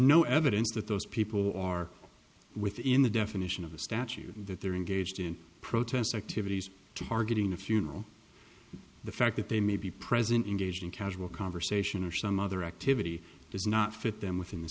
no evidence that those people are within the definition of the statute that they're engaged in protest activities to targeting a funeral the fact that they may be present in gauging casual conversation or some other activity does not fit them within the